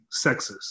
sexist